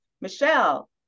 Michelle